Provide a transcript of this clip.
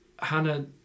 Hannah